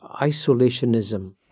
isolationism